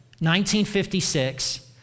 1956